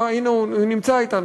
אה, הנה הוא נמצא אתנו.